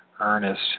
Ernest